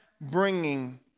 bringing